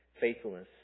faithfulness